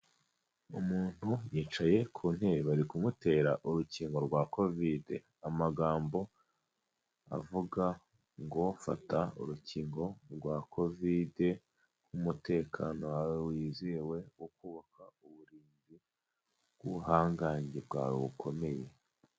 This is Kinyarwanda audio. Umuntu yicaye ku ntebe bari kumutera urukingo rwa kovide, amagambo avuga ngo: Fata urukingo rwa kovide nku umutekano wawe wizewe, wo kubaka uburinzi bw'ubuhangange bwawe bukomeye.